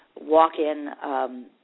walk-in